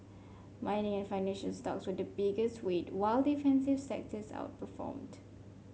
mining and financial stocks were the biggest weight while defensive sectors outperformed